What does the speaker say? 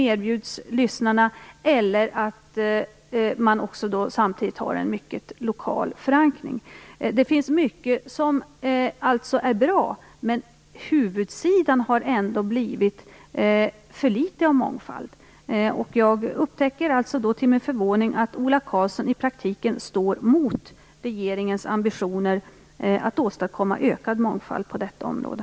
Man har kanske samtidigt en mycket lokal förankring. Det finns alltså mycket som är bra. Men huvudsidan har ändå blivit för litet av mångfald. Jag upptäcker till min förvåning att Ola Karlsson i praktiken står mot regeringens ambitioner att åstadkomma ökad mångfald på detta område.